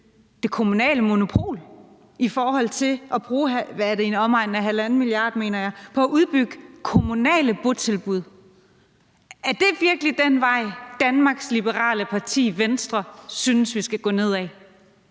det kommunale monopol i forhold til at bruge i omegnen af halvanden milliard kroner, mener jeg det er, altså på at udbygge kommunale botilbud. Er det virkelig den vej, Danmarks Liberale Parti, Venstre, synes vi skal gå nedad?